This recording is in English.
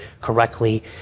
correctly